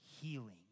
healing